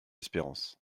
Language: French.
espérance